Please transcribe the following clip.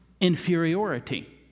inferiority